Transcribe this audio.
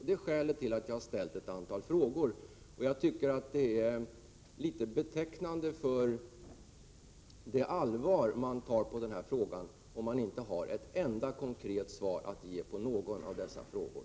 Det är skälet till att jag har ställt ett antal frågor. Och jag tycker att det är betecknande för det allvar med vilket man tar på det här problemet, om man inte har ett enda konkret svar att ge på någon av dessa frågor.